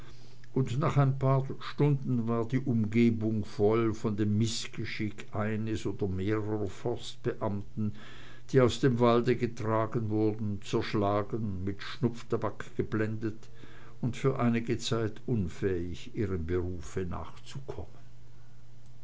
und nach ein paar stunden war die umgegend voll von dem mißgeschick eines oder mehrerer forstbeamten die aus dem walde getragen wurden zerschlagen mit schnupftabak geblendet und für einige zeit unfähig ihrem berufe nachzukommen